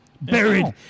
Buried